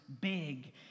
big